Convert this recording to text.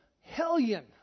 hellion